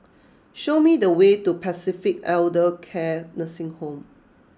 show me the way to Pacific Elder Care Nursing Home